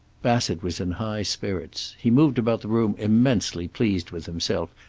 bassett was in high spirits. he moved about the room immensely pleased with himself,